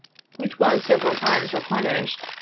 which was several times replenished,